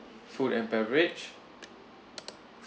food and beverage